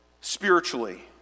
spiritually